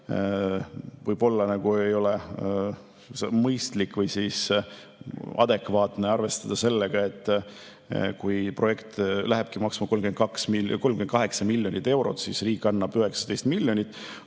Võib‑olla ei ole mõistlik või adekvaatne arvestada sellega, et kui projekt lähebki maksma 38 miljonit eurot, siis riik annab 19 miljonit,